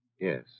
Yes